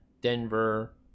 Denver